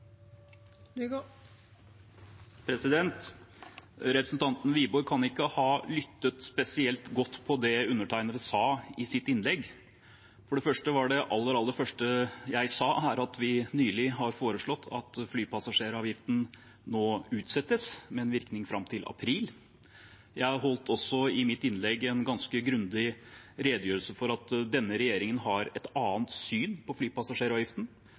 Representanten Wiborg kan ikke ha lyttet spesielt godt til det undertegnede sa i sitt innlegg. For det første: Det aller, aller første jeg sa, er at vi nylig har foreslått at flypassasjeravgiften nå utsettes, med virkning fram til april. Jeg holdt også i mitt innlegg en ganske grundig redegjørelse for at denne regjeringen har et annet syn på flypassasjeravgiften,